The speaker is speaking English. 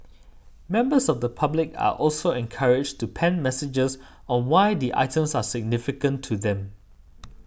members of the public are also encouraged to pen messages on why the items are significant to them